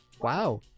Wow